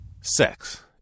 Sex